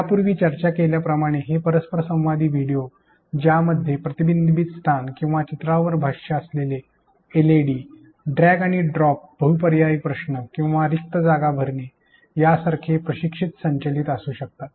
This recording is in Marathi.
यापूर्वी चर्चा केल्याप्रमाणे हे परस्परसंवादी व्हिडिओ ज्यामध्ये प्रतिबिंबीत स्थान किंवा चित्रावर भाष्य असलेली एलईडी ड्रॅग आणि ड्रॉप बहुपर्यायी प्रश्न किंवा रिक्त जागा भरणे यासारखे प्रशिक्षक संचालित असू शकतात